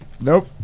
nope